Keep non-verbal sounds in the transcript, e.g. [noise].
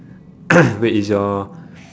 [coughs] wait is your